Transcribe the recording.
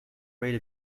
rate